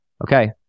okay